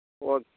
okay